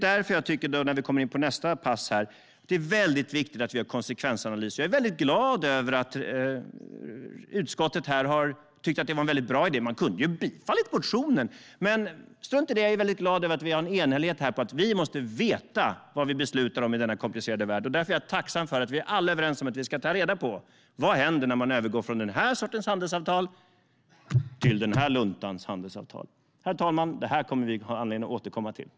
Därför är det, apropå nästa ärende, väldigt viktigt att vi gör en konsekvensanalys. Jag är glad över att utskottet tyckte att det var en bra idé. Man kunde ju ha tillstyrkt motionen, men strunt i det! Jag är glad över att vi har en enhällighet i att vi måste veta vad vi beslutar om i denna komplicerade värld. Därför är jag tacksam för att vi alla är överens om att vi ska ta reda på vad som händer när man går från ett tunt handelsavtal till en lunta. Herr talman! Detta kommer vi att ha anledning att återkomma till.